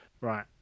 Right